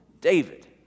David